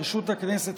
ברשות הכנסת,